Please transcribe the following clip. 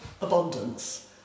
abundance